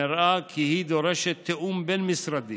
נראה כי היא דורשת תיאום בין-משרדי